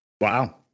Wow